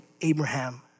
Abraham